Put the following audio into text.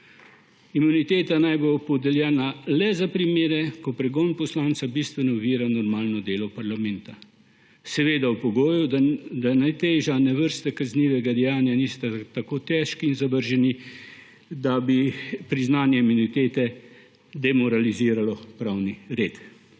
Imuniteta naj bo podeljena le za primere, ko pregon poslanca bistveno ovira normalno delo parlamenta, seveda ob pogoju, da ne teža ne vrsta kaznivega dejanja nista tako težki in zavržni, da bi priznanje imunitete demoraliziralo pravni red.